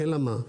אלא מה,